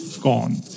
gone